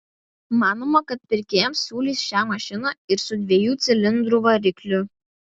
manoma kad pirkėjams siūlys šią mašiną ir su dviejų cilindrų varikliu